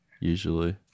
Usually